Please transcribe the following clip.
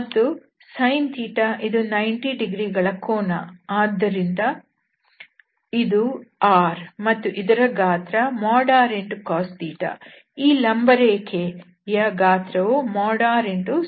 ಮತ್ತು sin ಇದು 90 degree ಕೋನ ಆದ್ದರಿಂದ ಇದು r ಮತ್ತು ಇದರ ಗಾತ್ರ |r|cos ಈ ಲಂಬ ರೇಖೆಯ ಗಾತ್ರವು rsin